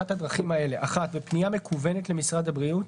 באחת הדרכים האלה: בפנייה מקוונת למשרד הבריאות,